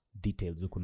details